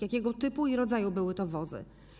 Jakiego typu i rodzaju były to wozy?